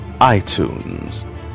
iTunes